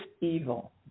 evil